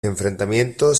enfrentamientos